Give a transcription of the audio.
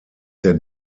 der